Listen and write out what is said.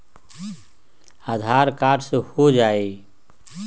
आधार card से हो जाइ?